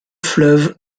fleuve